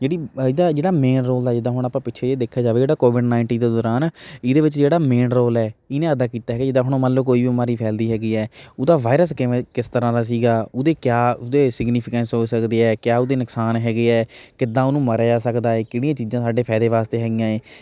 ਜਿਹੜੀ ਇਹਦਾ ਜਿਹੜਾ ਮੇਨ ਰੋਲ ਆ ਜਿੱਦਾਂ ਹੁਣ ਆਪਾਂ ਪਿੱਛੇ ਜਿਹੇ ਦੇਖਿਆ ਜਾਵੇ ਜਿਹੜਾ ਕੋਵਿਡ ਨਾਈਨਟੀਨ ਦੇ ਦੌਰਾਨ ਇਹਦੇ ਵਿੱਚ ਜਿਹੜਾ ਮੇਨ ਰੋਲ ਹੈ ਇਹਨੇ ਅਦਾ ਕੀਤਾ ਹੈਗਾ ਜਿੱਦਾਂ ਹੁਣ ਮੰਨ ਲਉ ਕੋਈ ਬਿਮਾਰੀ ਫੈਲਦੀ ਹੈਗੀ ਹੈ ਉਹਦਾ ਵਾਇਰਸ ਕਿਵੇਂ ਕਿਸ ਤਰ੍ਹਾਂ ਦਾ ਸੀਗਾ ਉਹਦੇ ਕਿਆ ਉਹਦੇ ਸਿਗਨੀਫਿਕੈਂਸ ਹੋ ਸਕਦੇ ਹੈ ਕਿਆ ਉਹਦੇ ਨੁਕਸਾਨ ਹੈਗੇ ਹੈ ਕਿੱਦਾਂ ਉਹਨੂੰ ਮਾਰਿਆ ਜਾ ਸਕਦਾ ਹੈ ਕਿਹੜੀਆਂ ਚੀਜ਼ਾਂ ਸਾਡੇ ਫਾਇਦੇ ਵਾਸਤੇ ਹੈਗੀਆਂ ਹੈ